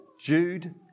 Jude